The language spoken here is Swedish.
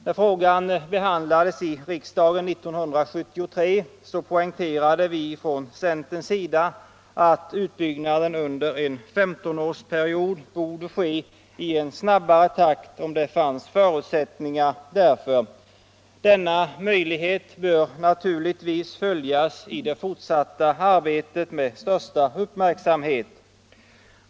När frågan behandlades i riksdagen 1973 betonade vi från centern att utbyggnaden under en 15-årsperiod borde ske i en snabbare takt, om det fanns förutsättningar därför. Denna möjlighet bör naturligtvis följas med största uppmärksamhet i det fortsatta arbetet.